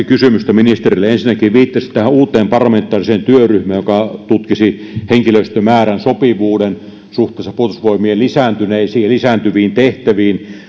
kysymystä ministerille ensinnäkin viittasitte tähän uuteen parlamentaariseen työryhmään joka tutkisi henkilöstömäärän sopivuuden suhteessa puolustusvoimien lisääntyneisiin ja lisääntyviin tehtäviin